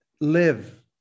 live